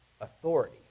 authority